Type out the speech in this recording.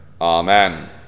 Amen